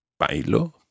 Bailo